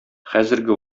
хәзерге